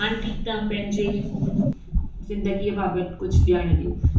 aunty तव्हां पंहिंजे ज़िंदगीअ बाबति कुझु ज़ाण ॾेयो